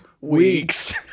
weeks